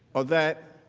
of that